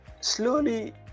slowly